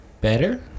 Better